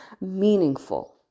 meaningful